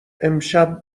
امشب